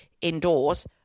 indoors